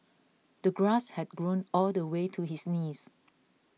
the grass had grown all the way to his knees